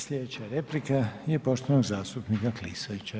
Sljedeća replika je poštovanog zastupnika Klisovića.